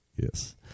yes